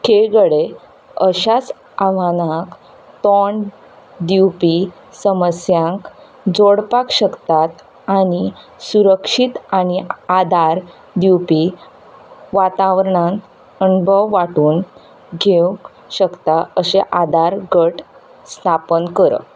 खेळगडे अश्याच आव्हानाक तोंड दिवपी समस्यांक जोडपाक शकतात आनी सुरक्षीत आनी आदार दिवपी वातावरणांत अणभव वांटून घेवूंक शकता अशे आदारगट स्थापन करप